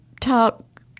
talk